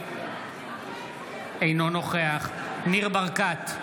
אינו נוכח ניר ברקת,